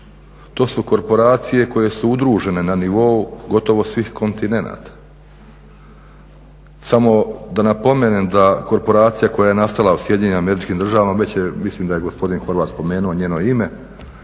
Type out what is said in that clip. To su korporacije koje su udružene na nivou gotovo svih kontinenata. Samo da napomenem da korporacija koja je nastala u SAD-u već je mislim da je gospodin Horvat spomenuo njeno ime